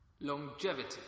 longevity